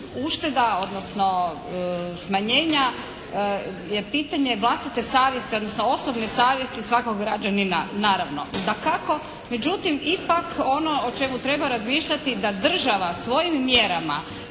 ušteda odnosno smanjenja je pitanje vlastite savjesti odnosno osobne savjesti svakog građanina naravno dakako. Međutim ipak ono o čemu treba razmišljati da država svojim mjerama